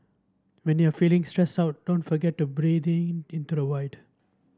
when you are feeling stressed out don't forget to breathe in into the void